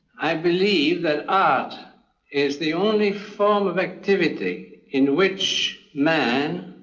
i believe that art is the only form of activity in which man